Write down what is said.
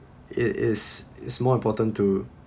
it is it's more important to